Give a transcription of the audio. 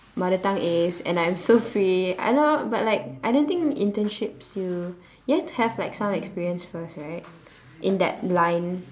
mother tongue ace and I'm so free I don't but like I don't think internships you you have to have like some experience first right in that line